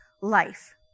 life